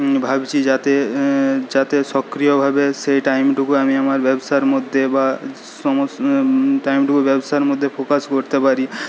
ভাবছি যাতে যাতে সক্রিয়ভাবে সেই টাইমটুকু আমি আমার ব্যবসার মধ্যে বা টাইমটুকু ব্যবসার মধ্যে ফোকাস করতে পারি